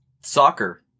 Soccer